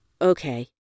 okay